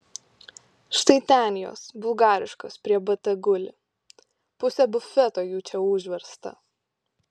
štai ten jos bulgariškos prie bt guli pusė bufeto jų čia užversta